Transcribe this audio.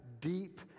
deep